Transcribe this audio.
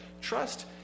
trust